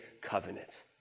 covenant